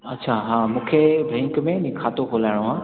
अच्छा हा मूंखे बैंक में नि खातो खुलाइणो आहे